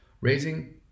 raising